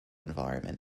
environment